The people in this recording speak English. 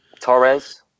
Torres